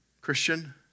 Christian